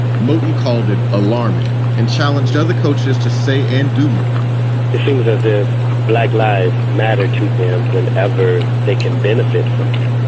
motin called it alarming and challenged other coaches to say and do more it seems as if black lives matter to them whenever they can benefit from it,